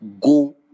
go